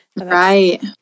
Right